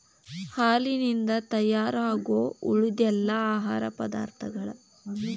ಹಾಲಿನಿಂದ ತಯಾರಾಗು ಉಳಿದೆಲ್ಲಾ ಆಹಾರ ಪದಾರ್ಥಗಳ